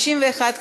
לפרוטוקול,